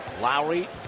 Lowry